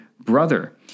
brother